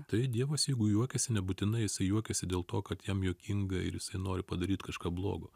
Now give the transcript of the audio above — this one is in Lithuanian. tai dievas jeigu juokiasi nebūtinai su juokiasi dėl to kad jam juokinga ir jisai nori padaryt kažką blogo